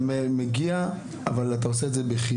אתה מגיע, אבל אתה עושה את זה בחיוך,